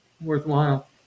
worthwhile